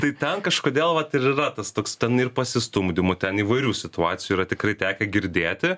tai ten kažkodėl vat ir yra tas toks ten ir pasistumdymų ten įvairių situacijų yra tikrai tekę girdėti